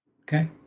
Okay